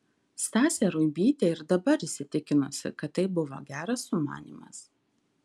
stasė ruibytė ir dabar įsitikinusi kad tai buvo geras sumanymas